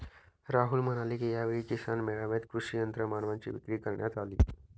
राहुल म्हणाले की, यावेळी किसान मेळ्यात कृषी यंत्रमानवांची विक्री करण्यात आली